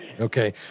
Okay